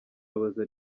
abaza